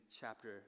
chapter